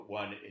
one